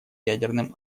ядерным